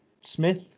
Smith